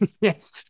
Yes